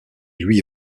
lui